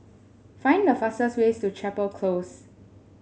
find the fastest ways to Chapel Close